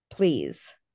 please